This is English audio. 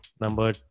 number